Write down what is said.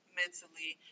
mentally